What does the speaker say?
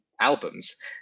albums